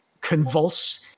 convulse